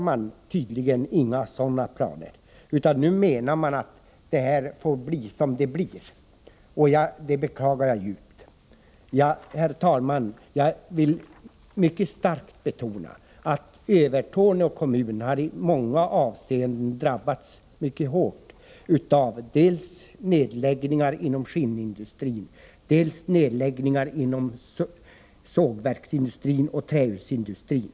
Men tydligen har man inga planer på någonting sådant, utan man menar att det får bli som det blir, och det beklagar jag djupt. Herr talman! Jag vill mycket starkt betona att Övertorneå kommun i många avseenden har drabbats mycket hårt dels av nedläggningar inom skinnindustrin, dels av nedläggningar inom sågverksoch trähusindustrin.